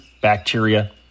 bacteria